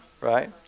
right